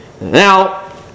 Now